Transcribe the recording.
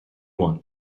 want